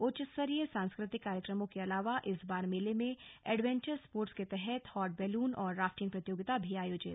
उच्च स्तरीय सांस्कृतिक कार्यक्रमों के अलावा इस बार मेले में एडवेंचर स्पोर्टर्स के तहत हॉट बैलून और राफ्टिंग प्रतियोगिता भी आयोजित की जाएगी